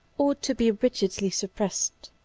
ought to be rigidly suppressed.